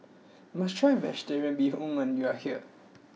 you must try Vegetarian Bee Hoon when you are here